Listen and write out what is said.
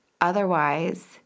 otherwise